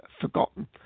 forgotten